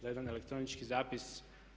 Za jedan elektronički zapis.